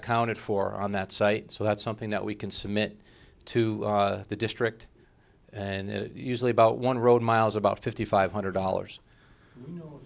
accounted for on that site so that's something that we can submit to the district and usually about one road miles about fifty five hundred dollars y